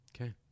Okay